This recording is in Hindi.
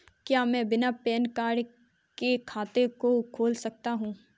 क्या मैं बिना पैन कार्ड के खाते को खोल सकता हूँ?